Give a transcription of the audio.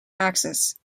access